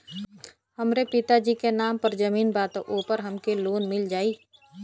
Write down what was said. हमरे पिता जी के नाम पर जमीन बा त ओपर हमके लोन मिल जाई?